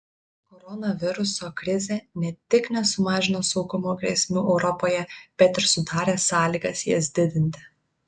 koronaviruso krizė ne tik nesumažino saugumo grėsmių europoje bet ir sudarė sąlygas jas didinti